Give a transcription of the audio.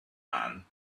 man